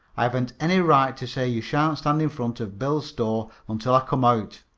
i haven't any right to say you shan't stand in front of bill's store until i come out.